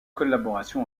collaboration